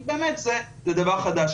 כי באמת זה דבר חדש,